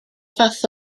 fath